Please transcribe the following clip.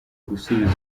gusubizwa